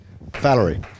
Valerie